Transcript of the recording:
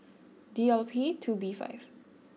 D L P two B five